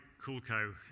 CoolCo